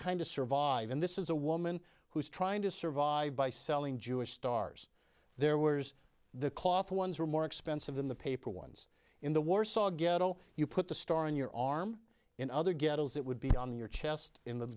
of survive and this is a woman who's trying to survive by selling jewish stars there were the cloth ones were more expensive than the paper ones in the warsaw ghetto you put the star in your arm in other ghettos it would be on your chest in the